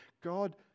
God